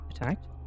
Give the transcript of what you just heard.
attacked